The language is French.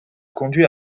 conduit